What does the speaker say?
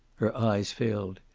her eyes filled.